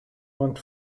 want